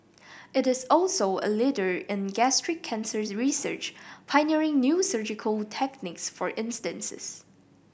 it is also a leader in gastric cancer research pioneering new surgical techniques for instances